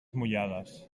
mullades